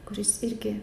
kuris irgi